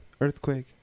Earthquake